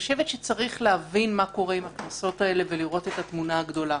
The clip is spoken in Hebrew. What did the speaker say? צריך להבין מה קורה עם הקנסות האלה ולראות את התמונה הגדולה.